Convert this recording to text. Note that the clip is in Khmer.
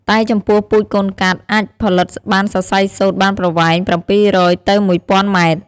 តែចំពោះពូជកូនកាត់ អាចផលិតបានសរសៃសូត្របានប្រវែង៧០០ ទៅ១ ០០០ម៉ែត្រ។